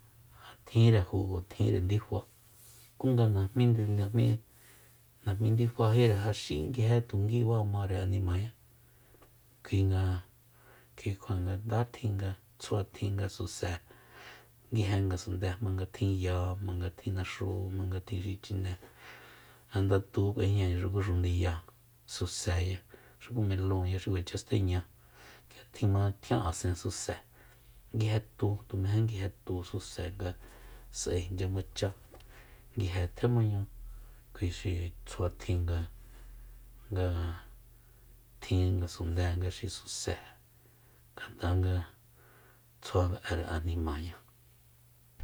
Tjinre jugo tjinre ndifa ku nga najmí ndifajíre ja xí nguije tu ba mare animañá kuinga kuikjua nga ndá tjin nga tsjuatjin nga suse nguije ngasundée jmanga tjin ya jmanga tjin naxu jmanga tjin xi chine janda tu k'uejñaña xuku xundiyáa suseya melóonya xi kuacha steña k'ia tjima tjian asen suse nguije tu tumejé nguije tu suse nga s'ae inchya machá nguije tjemañu kui xi tsjuatjin nga- nga tjin ngasundée nga xi suse ngat'a nga tsjua be'ere animañá